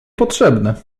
potrzebne